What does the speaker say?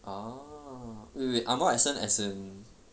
ah wait wait wait ang moh accent as in